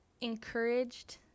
encouraged